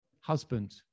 husband